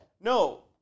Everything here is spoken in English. no